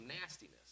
nastiness